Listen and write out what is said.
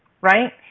right